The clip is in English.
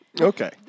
Okay